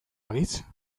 balitz